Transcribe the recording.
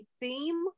theme